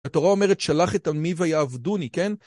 התורה אומרת "שלח את עמי ויעבדוני", כן?